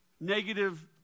negative